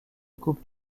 coupes